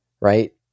right